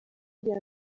uriya